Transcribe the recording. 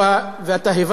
אז "כֻּלְ הַוַוא" עוד פעם.